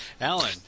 Alan